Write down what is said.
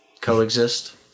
Coexist